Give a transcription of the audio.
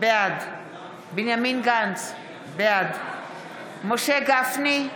בעד בנימין גנץ, בעד משה גפני,